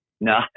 No